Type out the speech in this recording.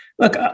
Look